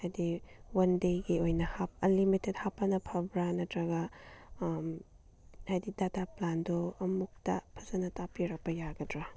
ꯍꯥꯏꯗꯤ ꯋꯥꯟ ꯗꯦꯒꯤ ꯑꯣꯏꯅ ꯍꯥꯞ ꯑꯟꯂꯤꯃꯤꯠꯇꯦꯠ ꯍꯥꯞꯄꯅ ꯐꯕ꯭ꯔꯥ ꯅꯠꯇ꯭ꯔꯒ ꯍꯥꯏꯗꯤ ꯗꯇꯥ ꯄ꯭ꯂꯥꯟꯗꯣ ꯑꯃꯨꯛꯇ ꯐꯖꯅ ꯇꯥꯛꯄꯤꯔꯛꯄ ꯌꯥꯒꯗ꯭ꯔꯥ